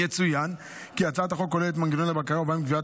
יצוין כי הצעת החוק כוללת מנגנוני בקרה ובהם קביעת